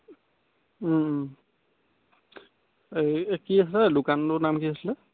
এই কি আছিলে দোকানটোৰ নাম কি আছিলে